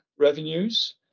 revenues